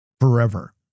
forever